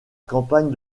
campagne